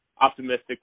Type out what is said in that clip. optimistic